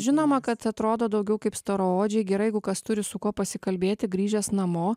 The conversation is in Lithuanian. žinoma kad atrodo daugiau kaip storaodžiai gerai jeigu kas turi su kuo pasikalbėti grįžęs namo